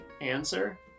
answer